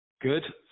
good